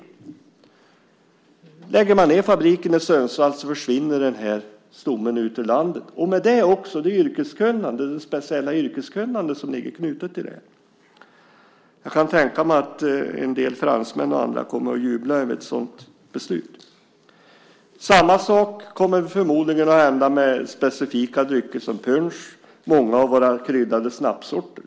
Om man lägger ned fabriken i Sundsvall försvinner denna stomme ut ur landet och med det också det speciella yrkeskunnande som är knutet till detta. Jag kan tänka mig att en del fransmän och andra kommer att jubla över ett sådant beslut. Samma sak kommer förmodligen att hända med specifika drycker som punsch och många av våra kryddade snapssorter.